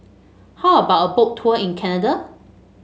how about a Boat Tour in Canada